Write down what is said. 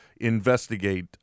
investigate